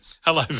Hello